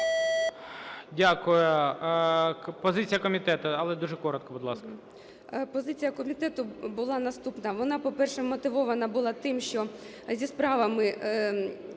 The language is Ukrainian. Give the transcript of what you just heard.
Дякую. Позиція комітету, але дуже коротко, будь ласка.